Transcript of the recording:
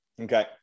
Okay